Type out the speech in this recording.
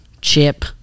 chip